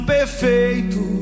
perfeito